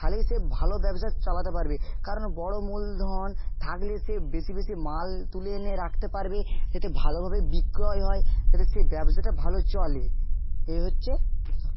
তাহলেই সে ভালো ব্যবসা চালাতে পারবে কারণ বড়ো মূলধন থাকলে সে বেশি বেশি মাল তুলে এনে রাখতে পারবে যাতে ভালোভাবে বিক্রয় হয় যাতে সে ব্যবসাটা ভালো চলে এই হচ্ছে